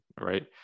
right